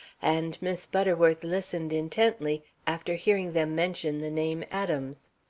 and miss butterworth listened intently after hearing them mention the name adams.